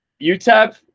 utep